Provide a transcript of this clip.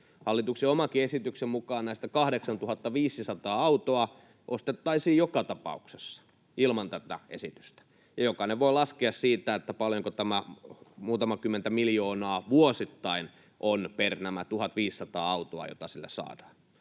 Hallituksen omankin esityksen mukaan näistä 8 500 autoa ostettaisiin joka tapauksessa, ilman tätä esitystä. Jokainen voi laskea siitä, paljonko tämä muutama kymmentä miljoonaa vuosittain on per nämä 1 500 autoa, joita sillä saadaan.